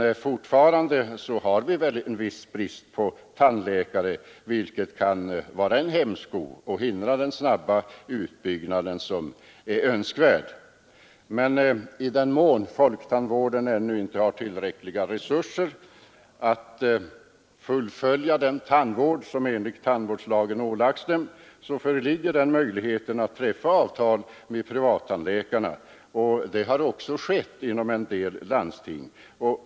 Fortfarande råder det dock en viss brist på tandläkare, och det kan vara en hämsko på den snabba utbyggnad som är önskvärd. Men i den mån som folktandvården ännu inte har tillräckliga resurser att fullgöra den tandvård som den fått sig ålagd finns den möjligheten att träffa avtal med privattandläkarna. Så har man också gjort inom en del landsting.